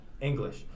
English